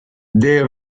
des